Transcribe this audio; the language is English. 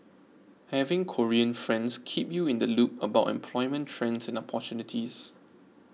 having Korean friends keep you in the loop about employment trends and opportunities